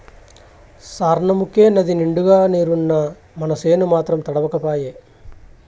సార్నముకే నదినిండుగా నీరున్నా మనసేను మాత్రం తడవక పాయే